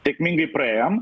sėkmingai praėjom